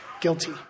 guilty